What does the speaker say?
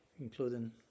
including